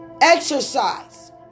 Exercise